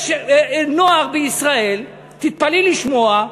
יש נוער בישראל, תתפלאי לשמוע,